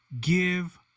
Give